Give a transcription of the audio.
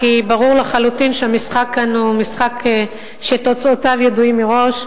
כי ברור לחלוטין שהמשחק כאן הוא משחק שתוצאותיו ידועות מראש,